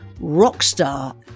Rockstar